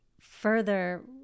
further